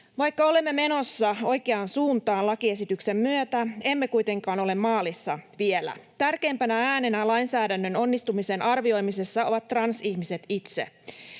Vaikka olemme menossa oikeaan suuntaan lakiesityksen myötä, emme kuitenkaan ole maalissa vielä. Tärkeimpänä äänenä lainsäädännön onnistumisen arvioimisessa ovat transihmiset itse.